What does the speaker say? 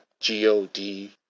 G-O-D